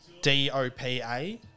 DOPA